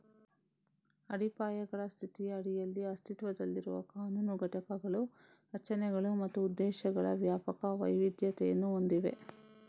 ಅಡಿಪಾಯಗಳ ಸ್ಥಿತಿಯ ಅಡಿಯಲ್ಲಿ ಅಸ್ತಿತ್ವದಲ್ಲಿರುವ ಕಾನೂನು ಘಟಕಗಳು ರಚನೆಗಳು ಮತ್ತು ಉದ್ದೇಶಗಳ ವ್ಯಾಪಕ ವೈವಿಧ್ಯತೆಯನ್ನು ಹೊಂದಿವೆ